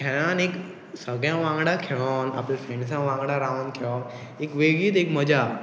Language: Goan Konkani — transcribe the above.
खेळान एक सगळ्या वांगडा खेळोन आपल्या फ्रेंड्सां वांगडा रावन खेळप एक वेगळीच एक मजा